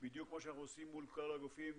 כפי שאנו עושים מול כל הגופים,